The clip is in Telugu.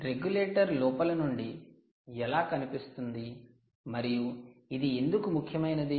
రెగ్యులేటర్ లోపలి నుండి ఎలా కనిపిస్తుంది మరియు ఇది ఎందుకు ముఖ్యమైనది